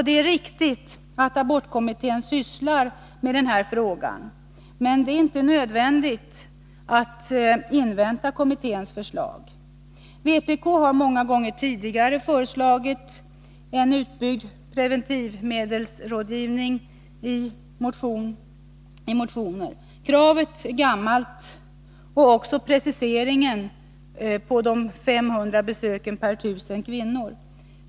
Det är riktigt att abortkommittén sysslar med denna fråga, men det är inte nödvändigt att invänta kommitténs förslag. Vpk har många gånger tidigare i motioner föreslagit en utbyggd preventivmedelsrådgivning. Kravet är gammalt och också preciseringen till 500 besök per 1000 kvinnor.